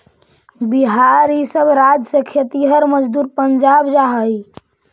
बिहार इ सब राज्य से खेतिहर मजदूर पंजाब जा हई